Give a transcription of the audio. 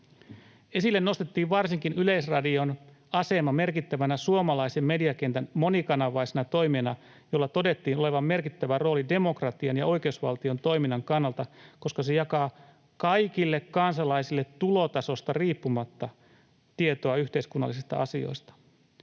Esille nostettiin varsinkin Yleisradion asema merkittävänä suomalaisen mediakentän monikanavaisena toimijana, jolla todettiin olevan merkittävä rooli demokratian ja oikeusvaltion toiminnan kannalta, koska se jakaa kaikille kansalaisille tulotasosta riippumatta tietoa yhteiskunnallisista asioista.